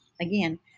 again